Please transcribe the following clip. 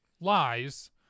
lies